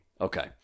Okay